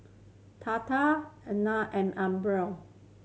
Tata Anand and